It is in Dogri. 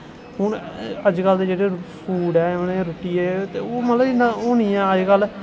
हून अजकल दे जेह्ड़े फूड ऐ रुट्टी ऐ ते ओह् इन्ना ओह् निं ऐ अजकल